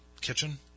kitchen